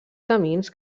camins